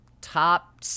top